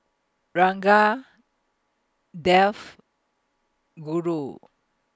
Ranga Dev Guru